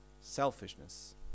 selfishness